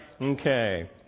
Okay